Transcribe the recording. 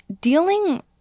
dealing